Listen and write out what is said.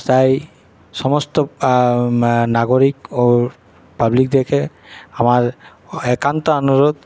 তাই সমস্ত নাগরিক ও পাবলিকদেরকে আমার একান্ত অনুরোধ